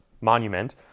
monument